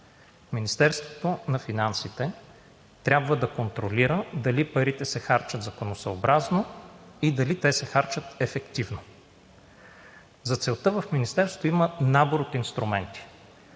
Министерството на финансите трябва да контролира дали парите се харчат законосъобразно и дали те се харчат ефективно. За целта в Министерството има набор от инструменти.